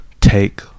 take